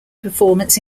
performance